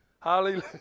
Hallelujah